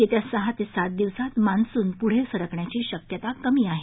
येत्या सहा ते सात दिवसात मान्सून पुढे सरकण्याची शक्यता कमी आहे